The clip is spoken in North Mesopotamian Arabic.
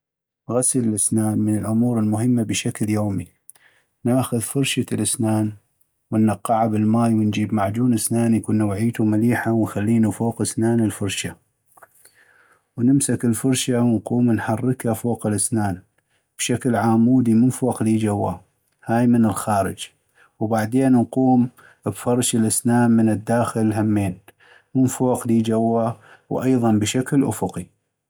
غسل الأسنان من الأمور المهمة بشكل يومي ، ناخذ فرشة الاسنان ونقعا بالماي ، ونجيب معجون اسنان يكون نوعيتو مليحة ونخلينو فوق اسنان الفرشة ، ونمسك الفرشة ونقوم نحركا فوق الأسنان بشكل عامودي من فوق لي جوى هاي من الخارج ، وبعدين نقوم بفرش الاسنان من الداخل همين من فوق لي جوى وأيضاً بشكل أفقي.